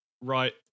right